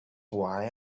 why